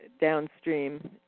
downstream